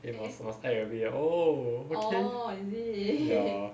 eh must must act a bit uh oh okay ya